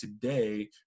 today